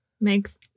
makes